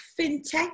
fintech